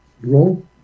roll